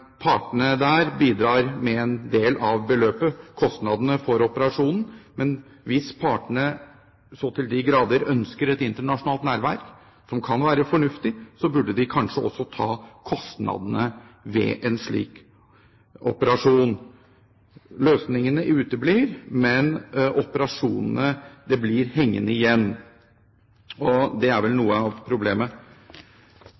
Partene der bidrar med en del av beløpet når det gjelder kostnadene ved operasjonen, men hvis partene så til de grader ønsker et internasjonalt nærvær – som kan være fornuftig – burde de kanskje også ta kostnadene ved en slik operasjon. Løsningene uteblir, men operasjonene blir hengende igjen, og det er vel